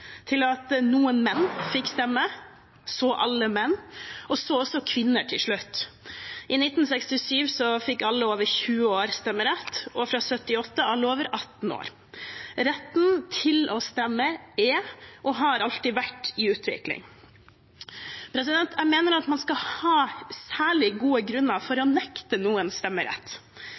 til at noen menn fikk stemme, så alle menn, og så også kvinner til slutt. I 1967 fikk alle over 20 år stemmerett, og fra 1978 alle over 18 år. Retten til å stemme er – og har alltid vært – i utvikling. Jeg mener at man skal ha særlig gode grunner for å nekte noen stemmerett.